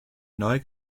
neu